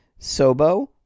Sobo